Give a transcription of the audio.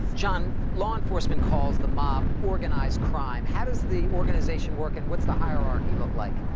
john, law enforcement calls the mob organized crime. how does the organization work, and what's the hierarchy look like?